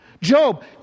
Job